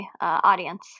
audience